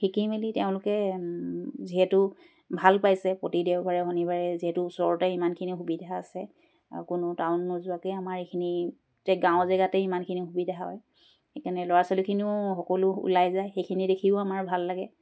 শিকি মেলি তেওঁলোকে যিহেতু ভাল পাইছে প্ৰতি দেওবাৰে শনিবাৰে যিহেতু ওচৰতে ইমানখিনি সুবিধা আছে কোনো টাউন নোযোৱাকৈ আমাৰ এইখিনি গাঁৱৰ জেগাতেই ইমানখিনি সুবিধা হয় সেইকাৰণে ল'ৰা ছোৱালীখিনিও সকলো ওলাই যায় সেইখিনি দেখিও আমাৰ ভাল লাগে